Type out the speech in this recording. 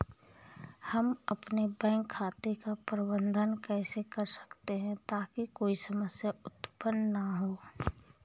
हम अपने बैंक खाते का प्रबंधन कैसे कर सकते हैं ताकि कोई समस्या उत्पन्न न हो?